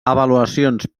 avaluacions